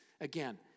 again